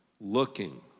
looking